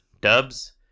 Dubs